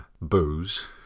booze